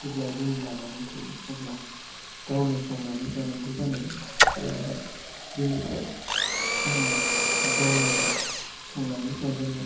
जेब्ला रुम लानानै थायो अब्ला गावनो संनानै जानांगौ जानायलाय बेयावहाय बेनिफ्राय आङो गावनो गाव संनानै जाजेनाय